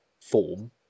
form